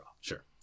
Sure